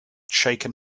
shaken